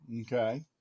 Okay